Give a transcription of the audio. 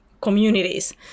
communities